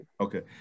Okay